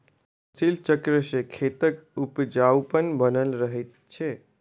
फसिल चक्र सॅ खेतक उपजाउपन बनल रहैत छै